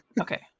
Okay